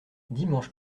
dimanche